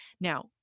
Now